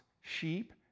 sheep